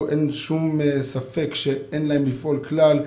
אין שום ספק שהם אינם צריכים לפעול בכלל.